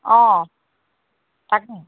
অ তাকে